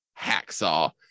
hacksaw